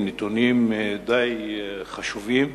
הם נתונים די חשובים,